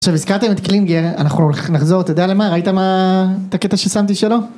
עכשיו הזכרתם את קלינגר אנחנו הולכים לחזור אתה יודע למה ראית את הקטע ששמתי שלו?